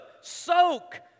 soak